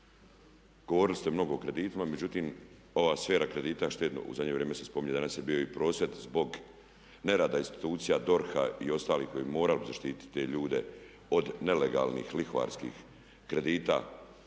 Govorili ste mnogo o kreditima, međutim ova sfera kredita u zadnje vrijeme se spominje danas je bio i prosvjed zbog nerada institucija DORH-a i ostalih koji bi morali zaštititi te ljude od nelegalnih lihvarskih kredita